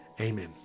Amen